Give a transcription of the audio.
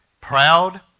Proud